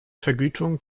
vergütung